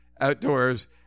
outdoors